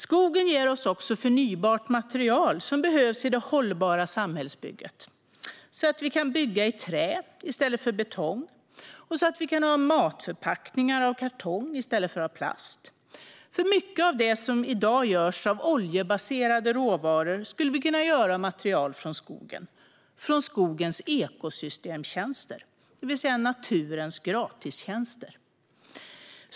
Skogen ger oss också förnybart material som behövs i det hållbara samhällsbygget, så att vi kan bygga i trä i stället för betong och så att vi kan ha matförpackningar av kartong i stället för av plast. Mycket av det som i dag görs av oljebaserade råvaror skulle vi kunna göra av material från skogen och från skogens ekosystemtjänster, det vill säga naturens gratistjänster.